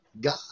God